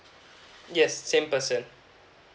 yes same person